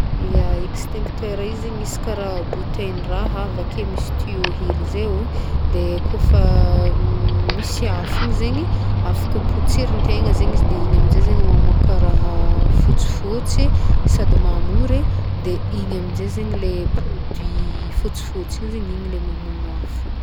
Ya, extincteur i zegny misy karaha bouteillin-draha, avake misy tuyau hely zay, de kaofa misy afo igny zegny, afaka potserintegna zegny izy de igny amzay zegny mamoaka raha fôtsifôtsy sady mamory, de igny amjay zegny le produit fôtsifôtsy igny zegny igny le mamono afo.